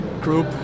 group